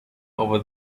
over